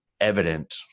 evident